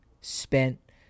spent